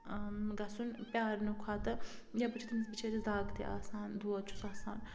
گَژھُن پیارنہٕ کھۄتہٕ یَپٲرۍ چھِ تمِس بِچٲرِس دَگ تہِ آسان دود چھُس آسان